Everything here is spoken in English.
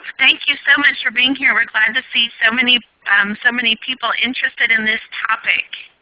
thank you so much for being here, we're glad to see so many so many people interested in this topic.